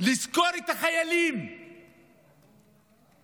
לזכור את החיילים שנרצחו.